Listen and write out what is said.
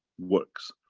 works.